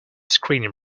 screening